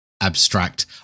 abstract